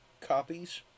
copies